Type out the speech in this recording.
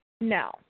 no